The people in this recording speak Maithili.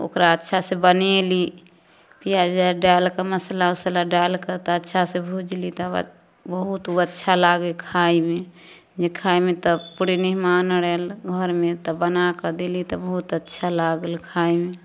ओकरा अच्छा से बनेली पियाज उआज डालके मसल्ला उसल्ला डालके तऽ अच्छा से भूजली तब बहुत ओ अच्छा लागे खायमे ई खायमे तऽ पूरे मेहमान आर आयल घरमे तऽ बनाके देली तऽ बहुत अच्छा लागल खायमे